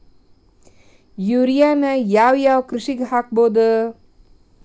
ಯೂರಿಯಾನ ಯಾವ್ ಯಾವ್ ಕೃಷಿಗ ಹಾಕ್ಬೋದ?